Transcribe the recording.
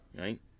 right